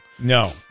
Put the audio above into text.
No